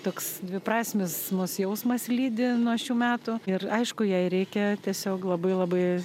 toks dviprasmis mus jausmas lydi nuo šių metų ir aišku jai reikia tiesiog labai labai